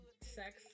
sex